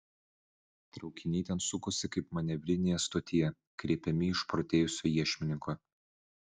traukiniai ten sukosi kaip manevrinėje stotyje kreipiami išprotėjusio iešmininko